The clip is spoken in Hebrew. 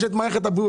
יש מערכת הבריאות